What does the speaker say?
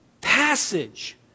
passage